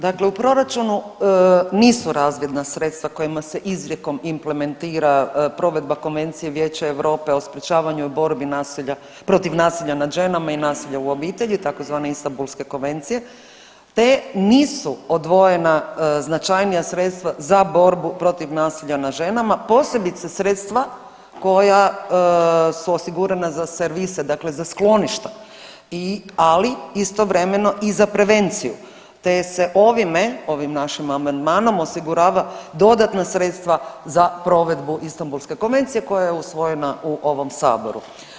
Dakle, u proračunu nisu razvidna sredstva kojima se izrijekom implementira provedba Konvencije Vijeća Europe o sprječavanju i borbe protiv nasilja nad ženama i nasilja u obitelji tzv. Istanbulske konvencije te nisu odvojena značajnija sredstva za borbu protiv nasilja nad ženama, posebice sredstva koja su osigurana za servise dakle za skloništa, ali istovremeno i za prevenciju te se ovime, ovim našim amandmanom osigurava dodatna sredstva za provedbu Istanbulske konvencije koja je usvojena u ovom saboru.